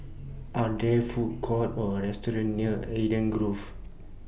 Are There Food Courts Or restaurants near Eden Grove